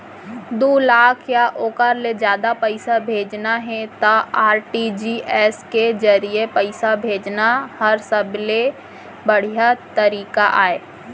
दू लाख या ओकर ले जादा पइसा भेजना हे त आर.टी.जी.एस के जरिए पइसा भेजना हर सबले बड़िहा तरीका अय